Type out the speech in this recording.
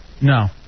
No